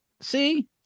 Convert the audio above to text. See